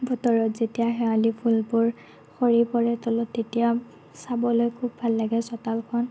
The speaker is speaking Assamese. বতৰত যেতিয়া শেৱালি ফুলবোৰ সৰি পৰে তলত তেতিয়া চাবলৈ খুব ভাল লাগে চোতালখন